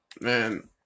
man